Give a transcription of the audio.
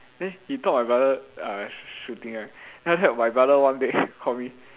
eh he thought my brother uh sh~ shooting ah then after that my brother one day call me